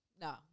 No